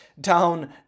down